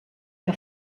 que